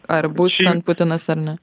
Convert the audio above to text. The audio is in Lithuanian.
ar bus ten putinas ar ne